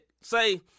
say